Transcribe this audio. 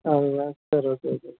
அப்படிங்களா சரி okay okay